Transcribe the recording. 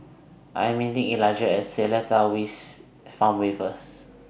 I Am meeting Elijah At Seletar East Farmway First